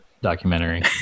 documentary